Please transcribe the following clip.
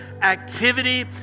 activity